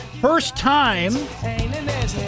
first-time